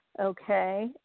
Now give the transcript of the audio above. okay